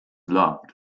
loved